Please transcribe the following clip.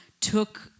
took